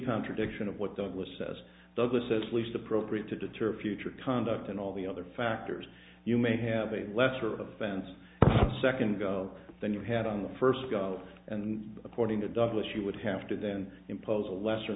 contradiction of what douglas says douglas says at least appropriate to deter future conduct and all the other factors you may have a lesser offense a second ago than you had on the first go and according to douglas you would have to then impose a lesser